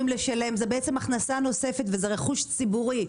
זאת בעצם הכנסה נוספת וזה רכוש ציבורי.